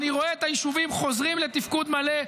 אני רואה את היישובים חוזרים לתפקוד מלא,